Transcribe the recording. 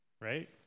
right